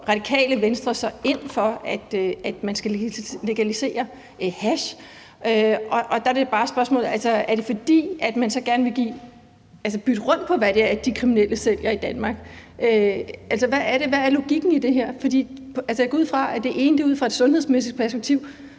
Radikale Venstre nu ind for, at man skal legalisere hash. Og der er mit spørgsmål bare, om det er, fordi man så gerne vil bytte rundt på, hvad det er, de kriminelle sælger i Danmark. Altså, hvad er logikken i det her? For jeg går ud fra, at det ene er ud fra et sundhedsmæssigt perspektiv,